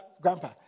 Grandpa